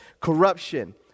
corruption